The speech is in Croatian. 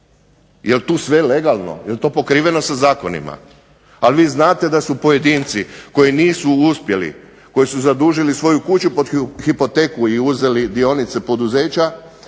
Jel tu sve legalno? Jel to pokriveno sa zakonima? A vi znate da su pojedinci koji nisu uspjeli koji su zadužili svoju kuću pod hipoteku i uzeli dionice poduzeća